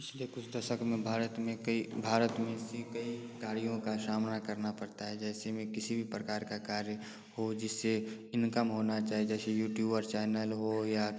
पिछले कुछ दशक में भारत में कई भारत में से कई कार्यों का सामना करना पड़ता है जैसे मैं किसी भी प्रकार का कार्य हो जिससे इनकम होना चाहिए जैसे यूट्यूबर चैनल हो या